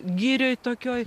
girioj tokioj